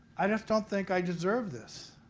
i just don't think i deserve this.